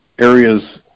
areas